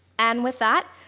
and with that,